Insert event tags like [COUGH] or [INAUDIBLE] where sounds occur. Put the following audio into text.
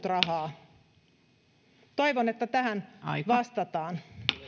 [UNINTELLIGIBLE] rahaa toivon että tähän vastataan